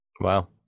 Wow